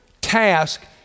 task